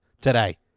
today